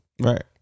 Right